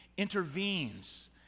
intervenes